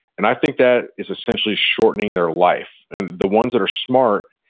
and i think that is essentially shortening their life. and the ones that are smart,